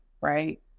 right